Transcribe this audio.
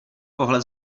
pohled